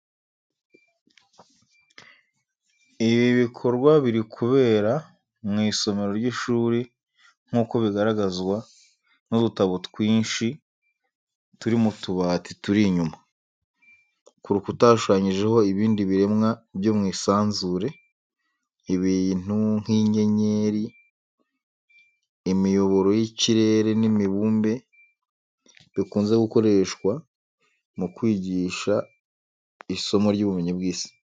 Ibi bikorwa biri kubera mu isomero ry’ishuri nk’uko bigaragazwa n’udutabo twinshi turi mu tubati turi inyuma. Ku rukuta hashushanyijeho ibindi biremwa byo mu isanzure, ibintu nk’inyenyeri, imiyoboro y’ikirere n’imibumbe, bikunze gukoreshwa mu kwigisha isomo ry'ubumenyi bw'isi.